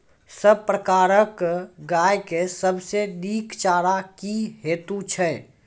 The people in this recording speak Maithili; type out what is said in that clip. सब प्रकारक गाय के सबसे नीक चारा की हेतु छै?